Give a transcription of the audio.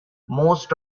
most